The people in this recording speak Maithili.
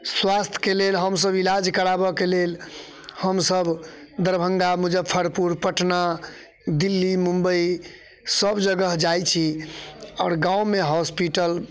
स्वास्थ्यके लेल हमसब इलाज कराबऽके लेल हमसब दरभङ्गा मुजफ्फरपुर पटना दिल्ली मुम्बइ सब जगह जाइ छी आओर गाममे हॉस्पिटल